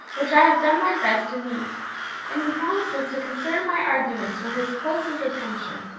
which i have done my best to meet and he promises to consider my arguments with his closest attention,